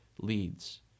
leads